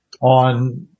on